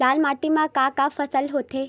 लाल माटी म का का फसल होथे?